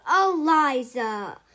Eliza